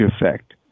effect